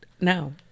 No